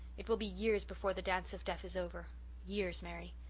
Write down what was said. it will be years before the dance of death is over years, mary.